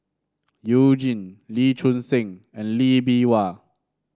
You Jin Lee Choon Seng and Lee Bee Wah